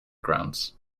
grounds